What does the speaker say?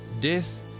Death